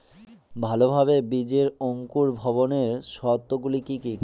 ভালোভাবে বীজের অঙ্কুর ভবনের শর্ত গুলি কি কি?